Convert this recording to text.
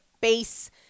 base